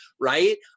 right